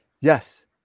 Yes